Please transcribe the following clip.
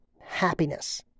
happiness